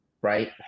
right